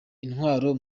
intwaro